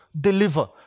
deliver